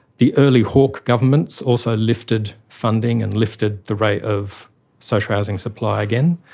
the early hawke governments also lifted funding and lifted the rate of social housing supply again.